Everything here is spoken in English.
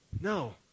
No